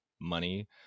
money